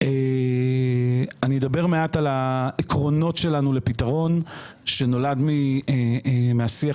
אני אדבר מעט על העקרונות שלנו לפתרון שנולד מהשיח